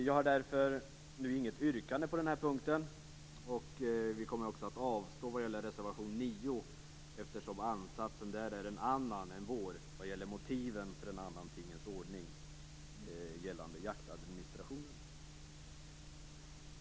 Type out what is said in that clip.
Jag har därför inget yrkande på den här punkten. Vad gäller reservation 9 kommer vi att avstå från att yrka något, eftersom ansatsen där är en annan än vår vad gäller motiven för en annan tingens ordning i fråga om jaktadministrationen.